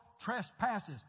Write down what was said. trespasses